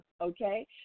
okay